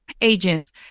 agents